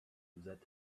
that